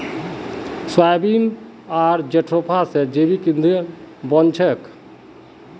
soybean आर jatropha स जैविक ईंधन बन छेक